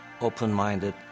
Open-minded